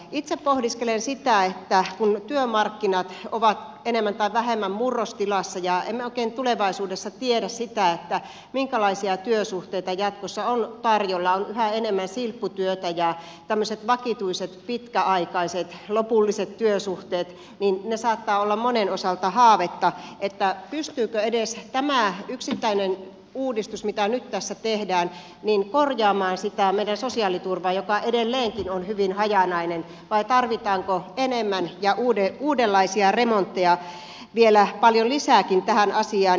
itse pohdiskelen sitä että kun työmarkkinat ovat enemmän tai vähemmän murrostilassa ja emme oikein tulevaisuudessa tiedä sitä minkälaisia työsuhteita jatkossa on tarjolla on yhä enemmän silpputyötä ja tämmöiset vakituiset pitkäaikaiset lopulliset työsuhteet saattavat olla monen osalta haavetta niin pystyykö edes tämä yksittäinen uudistus mitä nyt tässä tehdään korjaamaan sitä meidän sosiaaliturvaa joka edelleenkin on hyvin hajanainen vai tarvitaanko enemmän ja uudenlaisia remontteja vielä paljon lisääkin tähän asiaan